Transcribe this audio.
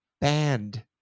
band